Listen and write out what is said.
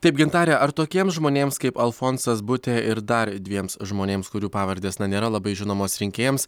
taip gintarė ar tokiems žmonėms kaip alfonsas butė ir dar dviems žmonėms kurių pavardės na nėra labai žinomos rinkėjams